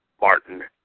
Martin